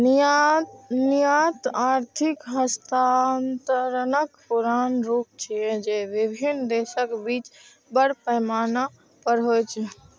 निर्यात आर्थिक हस्तांतरणक पुरान रूप छियै, जे विभिन्न देशक बीच बड़ पैमाना पर होइ छै